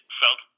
felt